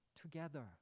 together